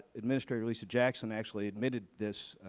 administrator lisa jackson actually admitted this,